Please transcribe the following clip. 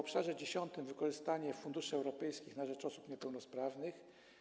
Obszar dziesiąty to wykorzystanie funduszy europejskich na rzecz osób niepełnosprawnych.